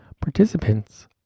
Participants